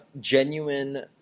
Genuine